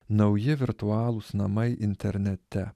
nauji virtualūs namai internete